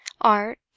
art